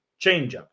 changeup